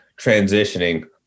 transitioning